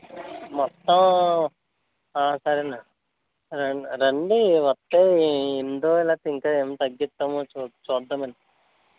మొత్తం సరేనండి రండ రండి వస్తే మీ ఇంటో లేకపోతే ఇంకా ఏమైనా తగ్గిస్తామే మో చూ చూద్దామండి